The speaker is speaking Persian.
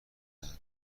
ازاو